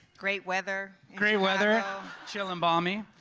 great weather. great weather, chill and balmy.